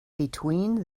between